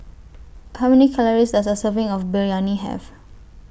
How Many Calories Does A Serving of Biryani Have